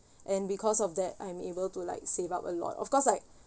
and because of that I'm able to like save up a lot of course like